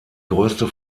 größte